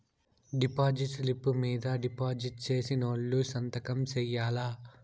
deposit స్లిప్పులు మీద deposit సేసినోళ్లు సంతకం సేయాల్ల